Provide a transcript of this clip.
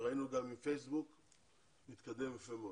- וראינו גם עם פייסבוק - מתקדם יפה מאוד.